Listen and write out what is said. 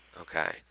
Okay